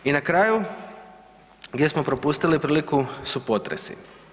I na kraju, gdje smo propustili priliku su potresi.